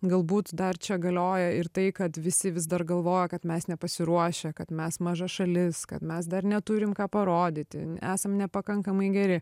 galbūt dar čia galioja ir tai kad visi vis dar galvoja kad mes nepasiruošę kad mes maža šalis kad mes dar neturim ką parodyti esam nepakankamai geri